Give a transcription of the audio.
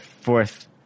fourth